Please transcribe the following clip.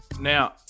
Now